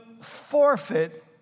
forfeit